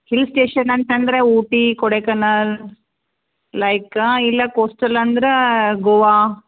hills station ಅಂತಂದ್ರೆ Ooty Kodaikanal like ಇಲ್ಲ coastal ಅಂದ್ರೆ ಗೋವಾ